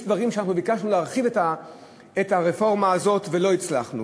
יש דברים שבהם ביקשנו להרחיב את הרפורמה הזאת ולא הצלחנו,